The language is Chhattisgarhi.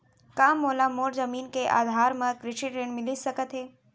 का मोला मोर जमीन के आधार म कृषि ऋण मिलिस सकत हे?